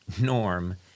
Norm